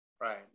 Right